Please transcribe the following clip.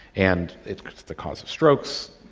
and it's the cause of strokes,